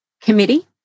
Committee